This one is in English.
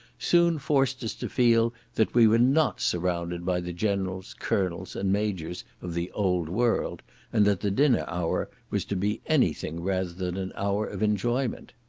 soon forced us to feel that we were not surrounded by the generals, colonels, and majors of the old world and that the dinner hour was to be any thing rather than an hour of enjoyment.